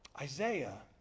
Isaiah